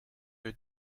your